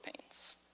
pains